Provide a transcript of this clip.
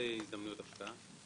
אלפי הזדמנויות השקעה.